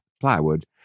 plywood